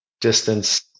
distance